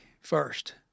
first